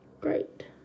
Great